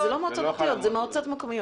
זה לא חל על מועצות דתיות.